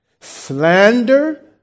slander